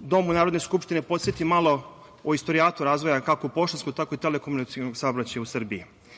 domu Narodne skupštine podsetim malo o istorijatu razvoja kako poštanskog tako i telekomunikacionog saobraćaja u Srbiji. Počeci